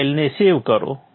ફાઇલને સેવ કરો